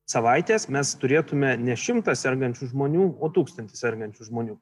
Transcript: savaitės mes turėtume ne šimtą sergančių žmonių o tūkstantį sergančių žmonių